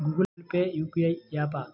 Google Pay UPI య్యాపా?